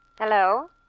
Hello